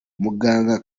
muganga